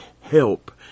help